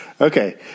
Okay